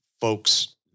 folks